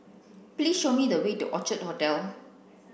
please show me the way to Orchard Hotel